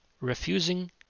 Refusing